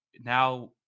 now